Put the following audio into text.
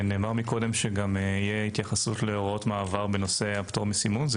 נאמר שיהיה התייחסות להוראות מעבר בנושא הפטור מסימון.